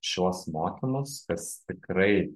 šiuos mokymus kas tikrai